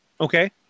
Okay